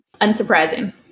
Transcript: Unsurprising